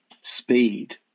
speed